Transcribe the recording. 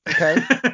okay